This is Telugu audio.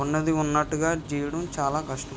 ఉన్నది ఉన్నట్టుగా గీయడం చాలా కష్టం